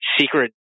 secret